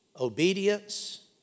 obedience